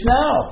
now